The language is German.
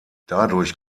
dadurch